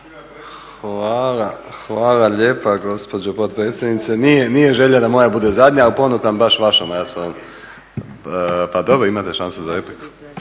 Hvala lijepa gospođo potpredsjednice. Nije želja da moja bude zadnja ali ponukan baš vašom raspravom … /Upadica se ne